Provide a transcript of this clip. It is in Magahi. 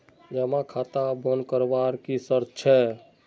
जमा खाता बन करवार की शर्त छे?